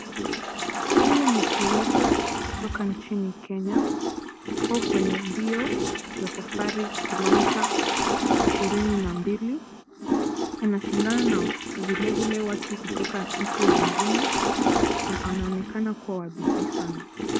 Huyu ni kiwete kutoka nchini Kenya, yuko kwenye mbio za safari kilomita ishirini na mbili, anashindana na vilevile watu kutoka nchi zingine na anaonekana kuwa wa badii sana.